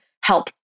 help